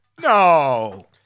No